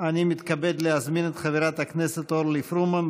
אני מתכבד להזמין את חברת הכנסת אורלי פרומן,